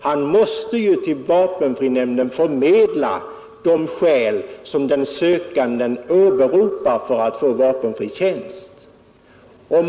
Han måste ju till vapenfrinämnden förmedla de skäl som den sökande åberopar för att få vapenfri tjänst.